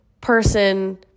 person